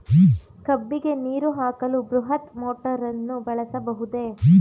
ಕಬ್ಬಿಗೆ ನೀರು ಹಾಕಲು ಬೃಹತ್ ಮೋಟಾರನ್ನು ಬಳಸಬಹುದೇ?